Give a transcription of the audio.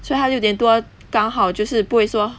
所以她六点多刚好就是不会说